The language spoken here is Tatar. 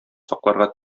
сакларга